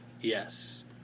Yes